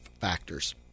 factors